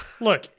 look